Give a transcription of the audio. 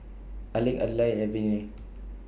Alec Adlai and Viney